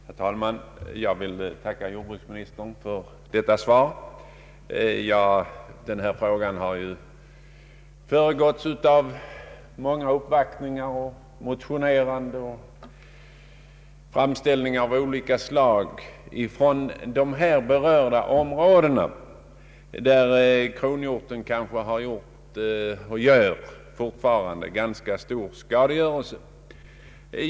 Herr talman! Jag vill tacka jordbruksministern för detta svar. I den här frågan har det förekommit många motioner, och det har gjorts många uppvaktningar och framställningar från de områden där kronhjorten förorsakat och fortfarande gör ganska stor skada.